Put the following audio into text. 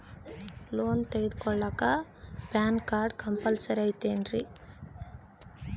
Loan ತೊಗೊಳ್ಳಾಕ PAN card compulsory ಐಯ್ತೇನ್ರಿ?